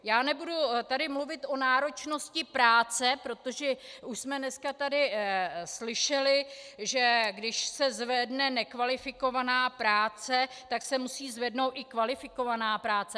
Já nebudu tady mluvit o náročnosti práce, protože už jsme dneska tady slyšeli, že když se zvedne nekvalifikovaná práce, tak se musí zvednout i kvalifikovaná práce.